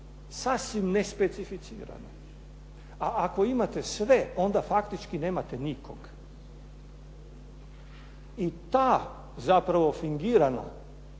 sasvim nespecificirane, a ako imate sve onda faktički nemate nikog. I ta zapravo fingirana